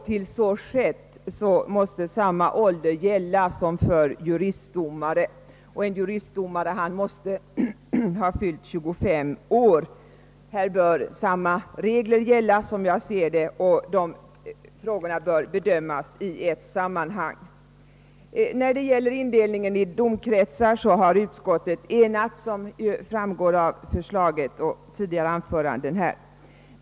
Tills så skett måste samma ålder gälla som för juristdomare, och en sådan måste ha fyllt 25 år. Härvidlag bör alltså enligt min mening samma regler gälla, och de bör bedömas i ett sammanhang. När det gäller indelningen i domkretsar har vi i utskottet, som framgår av utlåtandet och som påpekats i tidigare anföranden, enats.